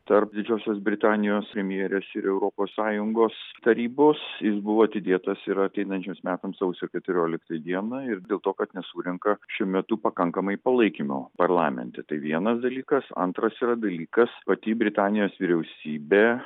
tarp didžiosios britanijos premjerės ir europos sąjungos tarybos jis buvo atidėtas ir ateinančiams metams sausio keturioliktai dienai ir dėl to kad nesurenka šiuo metu pakankamai palaikymo parlamente tai vienas dalykas antras yra dalykas pati britanijos vyriausybė